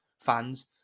fans